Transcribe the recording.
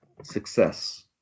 success